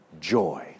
joy